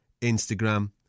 Instagram